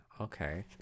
Okay